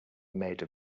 made